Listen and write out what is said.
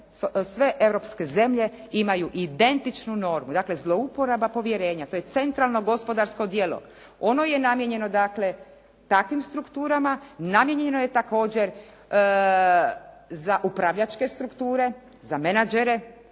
sve europske zemlje imaju identičnu normu, dakle zlouporaba povjerenja. To je centralno gospodarsko djelo. Ono je namijenjeno dakle takvim strukturama, namijenjeno je također za upravljačke strukture, za menađere,